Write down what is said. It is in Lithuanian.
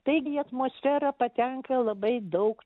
taigi į atmosferą patenka labai daug